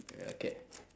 ya okay